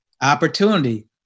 Opportunity